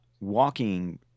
walking